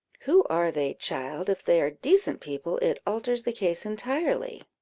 who are they, child? if they are decent people, it alters the case entirely.